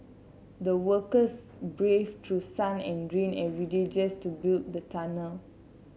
the workers brave through sun and rain every day just to build the tunnel